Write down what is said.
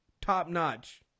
top-notch